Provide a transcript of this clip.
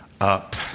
up